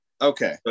Okay